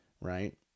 right